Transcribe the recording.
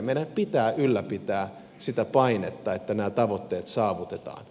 meidän pitää ylläpitää sitä painetta että nämä tavoitteet saavutetaan